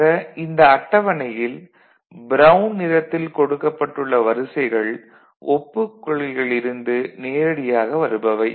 ஆக இந்த அட்டவணையில் பிரவுன் நிறத்தில் கொடுக்கப்பட்டுள்ள வரிசைகள் ஒப்புக் கொள்கையில் இருந்து நேரடியாக வருபவை